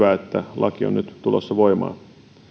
erittäin hyvä että laki on nyt tulossa voimaan